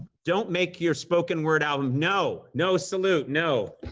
don't make your spoken word album. no, no salute. no,